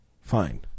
Fine